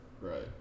Right